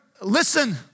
Listen